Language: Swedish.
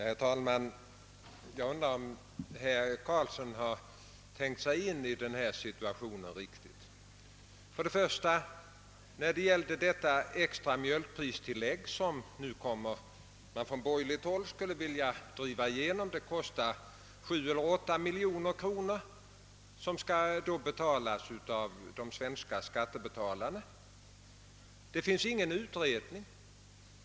Herr talman! Jag undrar om herr Karlsson i Huddinge riktigt tänkt sig in i den här frågan. Det extra mjölkpristillägg, som man från borgerligt håll vill driva igenom, skulle kosta 7 å 8 miljoner kronor, vilka skulle betalas av de svenska skattebetalarna. Det finns ingen utredning om den saken.